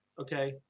okay